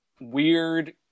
weird